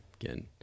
again